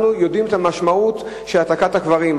אנחנו יודעים את המשמעות של העתקת הקברים.